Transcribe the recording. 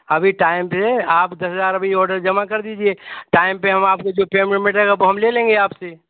अभी टाइम पर आप दस हज़ार अभी ऑडर जमा कर दीजिए टाइम पर हम आप से जो पेमेंट ओमेंट रहेगा वो हम ले लेंगे आप से